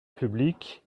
publique